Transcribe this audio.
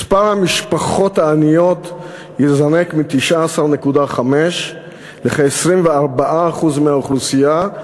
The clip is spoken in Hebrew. מספר המשפחות העניות יזנק מ-19.5% לכ-24% מהאוכלוסייה.